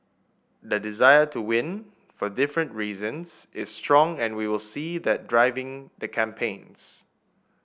the desire to win for different reasons is strong and we will see that driving the campaigns